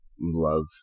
love